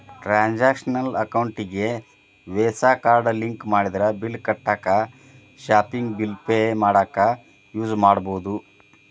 transactional ಅಕೌಂಟಿಗಿ Visa card link ಮಾಡಿದ್ರ bill ಕಟ್ಟಾಕ ಶಾಪಿಂಗ್ ಬಿಲ್ ಪೆ ಮಾಡಾಕ ಯೂಸ್ ಮಾಡಬೋದು